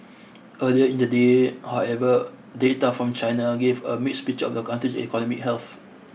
earlier in the day however data from China gave a mixed picture of the country's economic health